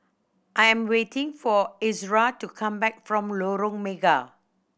I am waiting for Ezra to come back from Lorong Mega